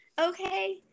okay